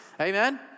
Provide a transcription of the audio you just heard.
Amen